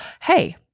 hey